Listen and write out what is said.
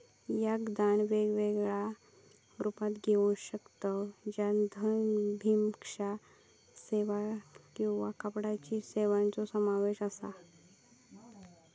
याक दान वेगवेगळ्या रुपात घेऊ शकतव ज्याच्यात धन, भिक्षा सेवा किंवा कापडाची खेळण्यांचो समावेश असा